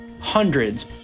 Hundreds